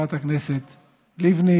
חברת הכנסת לבני